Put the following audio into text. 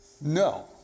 No